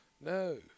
No